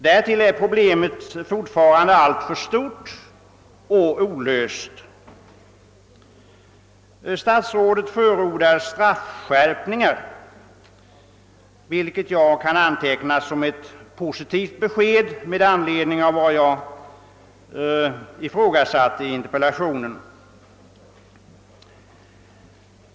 Därtill är problemet fortifarande alltför stort och olöst. Statsrådet förordar straffskärpningar, vilket jag kan anteckna som ett positivt besked med anledning av vad jag ifrågasatt i interpellationen.